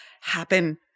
happen